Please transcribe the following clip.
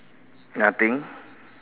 nothing